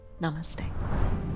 Namaste